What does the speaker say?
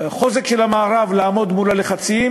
בחוזק של המערב לעמוד מול הלחצים,